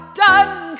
done